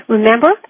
Remember